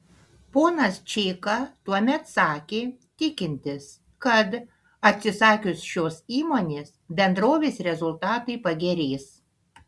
ponas čeika tuomet sakė tikintis kad atsisakius šios įmonės bendrovės rezultatai pagerės